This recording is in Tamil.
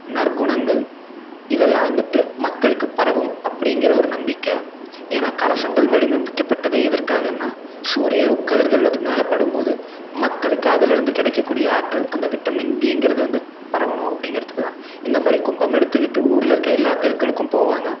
நற்குணங்கள் இதெல்லாம் வந்துவிட்டு மக்களுக்கு பரவும் அப்படிங்கிற ஒரு நம்பிக்கை ஏன்னா கலசங்கள் வடிவமைக்கப்பட்டது எதற்காகன்னா சூரிய கதிர்கள் அது மேலே படும்போது மக்களுக்கு அதுலருந்து கிடைக்கக்கூடிய ஆற்றல் அந்த விட்டமின் டிங்கிறது வந்து பரவணும் அப்படிங்கிறத்துக்கு தான் இந்தமாதிரி கும்பம் எடுத்துக்கிட்டு ஊரில் இருக்க எல்லா தெருக்களுக்கும் போவாங்க